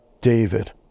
David